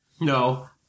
No